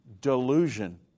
delusion